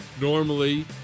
Normally